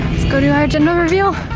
go to our gender reveal!